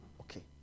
okay